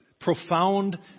profound